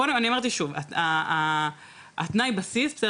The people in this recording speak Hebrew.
קודם, אני אמרתי שוב, התנאי בסיס, בסדר?